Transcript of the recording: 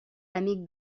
amic